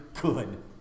good